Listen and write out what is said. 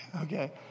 Okay